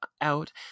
out